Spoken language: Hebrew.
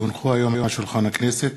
כי הונחו היום על שולחן הכנסת,